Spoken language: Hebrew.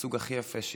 מהסוג הכי יפה שיש.